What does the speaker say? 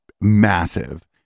massive